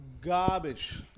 garbage